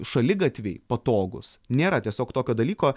šaligatviai patogūs nėra tiesiog tokio dalyko